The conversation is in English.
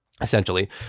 essentially